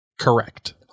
Correct